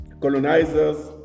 colonizers